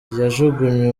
yajugunywe